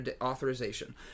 Authorization